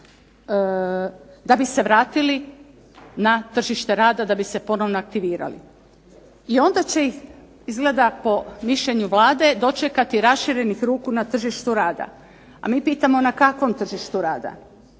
da bi se vratili na tržište radili, da bi se ponovno aktivirali. I onda će ih izgleda po mišljenju Vlade dočekati raširenih ruku na tržištu rada, a mi pitamo na kakvom tržištu rada,